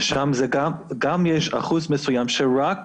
ושם גם יש אחוז מסוים שרק